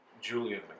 Julian